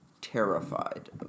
terrified